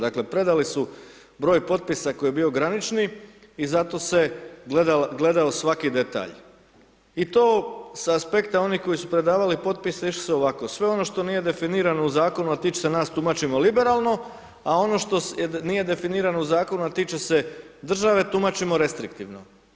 Dakle, predali su broj potpisa koji je bio granični, i zato se gledao svaki detalj, i to sa aspekta onih koji su predavali potpise, išli su ovako, sve ono što nije definirano u Zakonu a tiče se nas, tumačimo liberalno, a ono što nije definirano u Zakonu a tiče se države, tumačimo restriktivno.